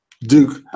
duke